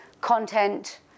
content